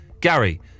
Gary